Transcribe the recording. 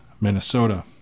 Minnesota